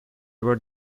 were